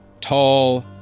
tall